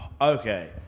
Okay